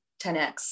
10X